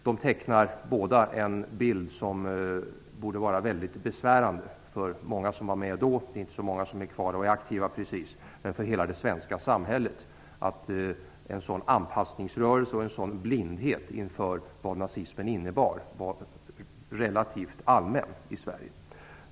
De tecknar båda en bild som borde vara mycket besvärande för många som var med då - det är inte så många som är kvar och som är aktiva - och för hela det svenska samhället. Det borde vara besvärande att en sådan anpassningsrörelse och en sådan blindhet inför vad nazismen innebar var relativt allmän i Sverige.